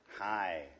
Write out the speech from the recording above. Hi